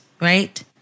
right